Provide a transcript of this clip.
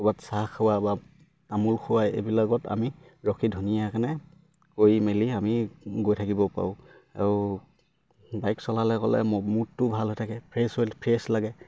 ক'ৰবাত চাহ খোৱা বা তামোল খোৱা এইবিলাকত আমি ৰখি ধুনীয়াকে কৰি মেলি আমি গৈ থাকিব পাৰোঁ আৰু বাইক চলালে গ'লে মোডটো ভাল হৈ থাকে ফ্ৰেছ হৈ ফ্ৰেছ লাগে